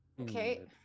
Okay